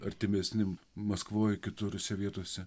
artimesni maskvoje kitur išsiviepusi